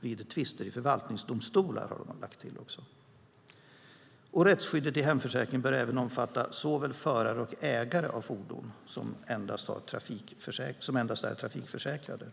vid tvister i förvaltningsdomstolar. Rättsskyddet i hemförsäkringen bör även omfatta såväl förare som ägare av fordon som endast är trafikförsäkrade.